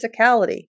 physicality